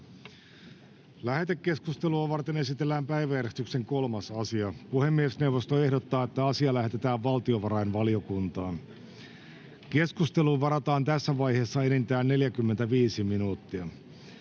Lähetekeskustelua varten esitellään päiväjärjestyksen 4. asia. Puhemiesneuvosto ehdottaa, että asia lähetetään sivistysvaliokuntaan. Keskusteluun varataan tässä vaiheessa enintään 30 minuuttia.